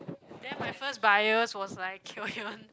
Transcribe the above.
then my first buyers was like queue even